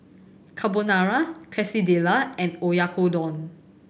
Carbonara Quesadilla and Oyakodon